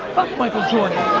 fuck michael jordan.